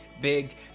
big